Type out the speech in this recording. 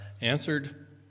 answered